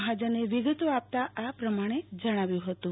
મફાજને વિગતો આપતા આ પ્રમાણે જણાવ્યું હતું